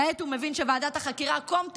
כעת הוא מבין שוועדת החקירה קום תקום,